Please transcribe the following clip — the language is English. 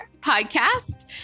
Podcast